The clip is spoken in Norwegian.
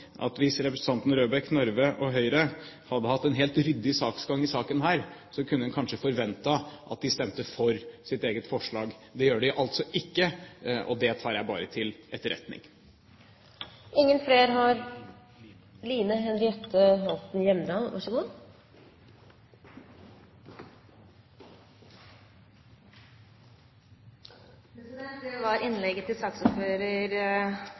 helt ryddig saksgang her, kunne en kanskje forventet at de stemte for sitt eget forslag. Det gjør de altså ikke, og det tar jeg bare til etterretning. Det var innlegget til representanten Grimstad som gjorde at jeg måtte ta ordet. Når et kommunestyre går over til